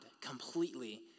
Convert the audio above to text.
completely